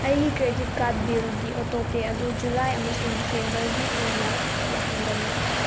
ꯑꯩꯒꯤ credit card ꯕꯤꯜꯒꯤ autopay ꯑꯗꯨ ꯖꯨꯂꯥꯏ ꯑꯃꯁꯨꯡ ꯗꯤꯁꯦꯝꯕꯔꯒꯤ ꯑꯣꯏꯅ ꯌꯥꯍꯟꯒꯅꯨ